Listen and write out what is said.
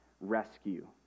rescue